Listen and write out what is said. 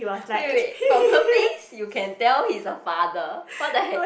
wait wait wait from her face you can tell he's a father what the heck